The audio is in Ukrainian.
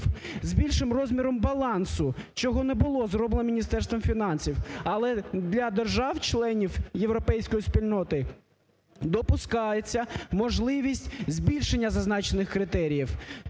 з більшим розміром балансу, чого не було зроблено Міністерством фінансів. Але для держав, членів європейської спільноти, допускається можливість збільшення зазначених критеріїв.